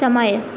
समय